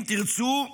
אם תרצו,